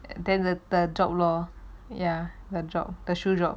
then the the job lor ya the job uh the shoe job